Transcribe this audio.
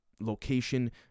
location